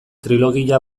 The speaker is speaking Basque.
trilogia